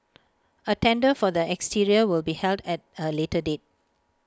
A tender for the exterior will be held at A later date